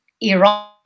Iran